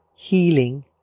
healing